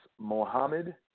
Mohammed